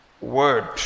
Word